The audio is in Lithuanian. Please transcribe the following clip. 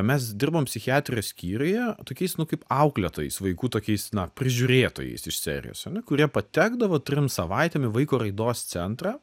mes dirbom psichiatrijos skyriuje tokiais nu kaip auklėtojais vaikų tokiais na prižiūrėtojais iš serijos ane kurie patekdavo trim savaitėm į vaiko raidos centrą